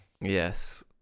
Yes